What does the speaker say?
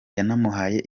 yanamuhaye